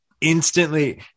instantly